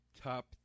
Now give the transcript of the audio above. Top